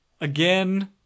Again